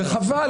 וחבל,